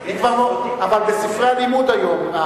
אבל בספרי הלימוד היום,